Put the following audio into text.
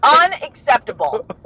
Unacceptable